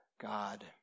God